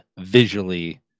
visually